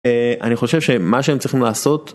אני חושב שמה שהם צריכים לעשות.